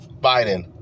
Biden